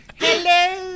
Hello